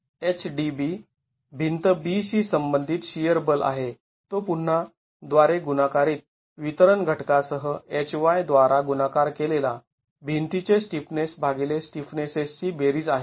आणि HDB भिंत B शी संबंधित शिअर बल आहे तो पुन्हा द्वारे गुणाकारीत वितरण घटकांसह Hy द्वारा गुणाकार केलेला भिंतीचे स्टिफनेस भागिले स्टिफनेसेसची बेरीज आहे